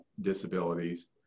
disabilities